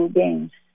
games